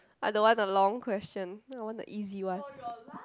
I don't want the long question I want the easy one